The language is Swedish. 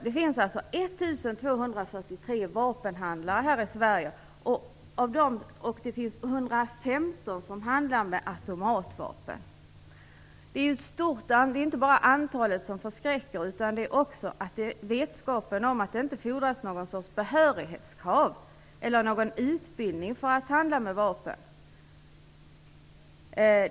Det finns 1 243 vapenhandlare här i Sverige, och av dessa handlar 115 med automatvapen. Det är inte bara antalet som förskräcker utan också vetskapen att det inte fordras någon behörighet eller någon utbildning för att handla med vapen.